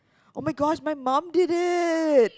oh-my-gosh my mum did it